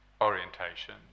orientation